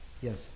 Yes